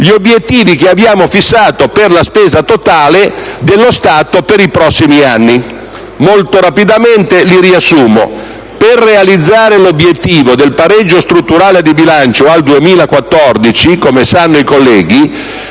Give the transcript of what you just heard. gli obiettivi che abbiamo fissato per la spesa totale dello Stato per i prossimi anni. Li riassumo molto rapidamente. Per realizzare l'obiettivo del pareggio strutturale di bilancio al 2014, come sanno i colleghi,